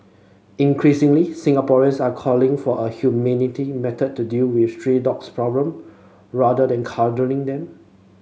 increasingly Singaporeans are calling for a humanity method to deal with stray dogs problem rather than culling them